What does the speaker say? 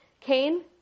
Cain